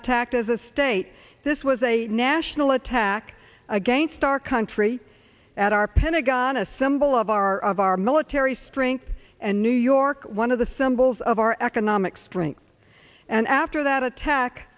attacked as a state this was a national attack against our country at our pentagon a symbol of our of our military strength and new york one of the symbols of our economic strength and after that attack